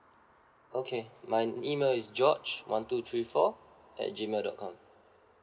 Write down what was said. okay my email is george one two three four at G mail dot com